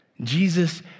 Jesus